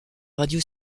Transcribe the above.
radio